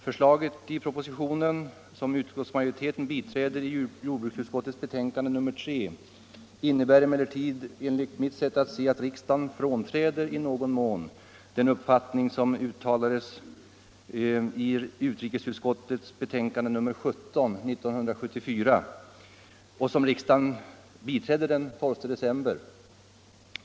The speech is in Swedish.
Förslaget i propositionen, som utskottsmajoriteten biträder i jordbruksutskottets betänkande nr 3, innebär emellertid enligt mitt sätt att se att riksdagen i någon mån frånträder den uppfattning som uttalades i utrikesutskottets betänkande nr 17 år 1974 och som riksdagen biträdde den 12 december.